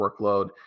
workload